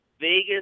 Vegas